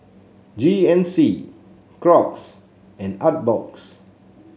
G N C Crocs and Artbox